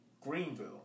Greenville